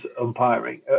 umpiring